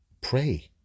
Pray